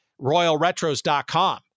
royalretros.com